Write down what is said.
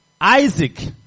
Isaac